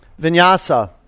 Vinyasa